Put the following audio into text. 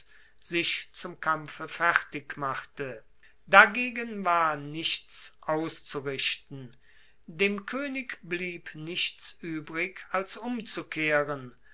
sich zum kampfe fertig machte dagegen war nichts auszurichten dem koenig blieb nichts uebrig als umzukehren